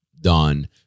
done